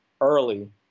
early